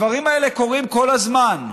הדברים האלה קורים כל הזמן.